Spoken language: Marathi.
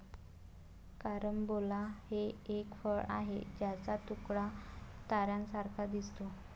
कारंबोला हे एक फळ आहे ज्याचा तुकडा ताऱ्यांसारखा दिसतो